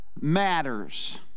matters